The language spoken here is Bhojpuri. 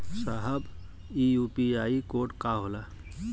साहब इ यू.पी.आई कोड का होला?